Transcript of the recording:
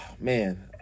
man